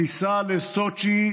/ הטיסה לסוצ'י,